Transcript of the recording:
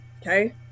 Okay